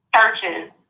churches